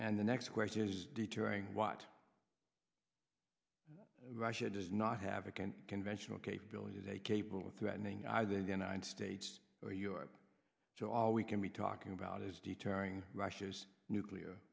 and the next question is deterring what russia does not have a conventional capability they capable of threatening i the united states or europe so all we can be talking about is deterring russia's nuclear